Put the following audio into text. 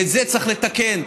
ואת זה צריך לתקן.